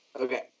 Okay